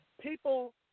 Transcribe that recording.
People